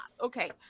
Okay